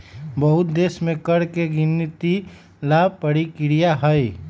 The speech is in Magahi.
बहुत देश में कर के गिनती ला परकिरिया हई